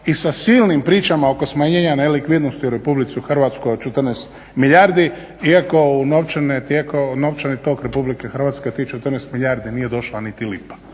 i sa silnim pričama oko smanjenja nelikvidnosti u Republici Hrvatskoj od 14 milijardi iako novčani tok Republike Hrvatske, tih 14 milijardi nije došla niti lipa